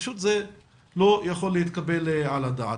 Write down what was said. פשוט זה לא יכול להתקבל על הדעת.